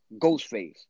Ghostface